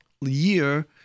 year